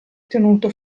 tenuto